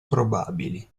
probabili